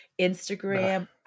instagram